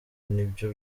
nibyo